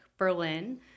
Berlin